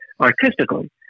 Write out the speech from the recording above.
artistically